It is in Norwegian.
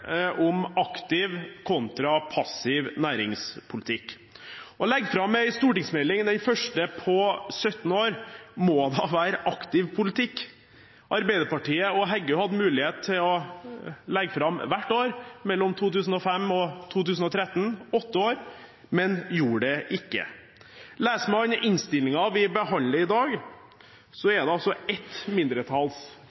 om aktiv kontra passiv næringspolitikk. Å legge fram en stortingsmelding – den første på 17 år – må da være aktiv politikk. Arbeiderpartiet – Heggøs parti – hadde mulighet til å legge fram en melding hvert år mellom 2005 og 2013 – åtte år – men gjorde det ikke. Leser man innstillingen vi behandler i dag,